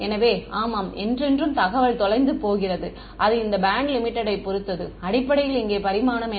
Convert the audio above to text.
எனவே ஆமாம் என்றென்றும் தகவல் தொலைந்து போகிறது அது இந்த பேண்ட் லிமிடெட் யை பொறுத்தது அடிப்படையில் இங்கே பரிமாணம் என்ன